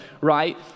right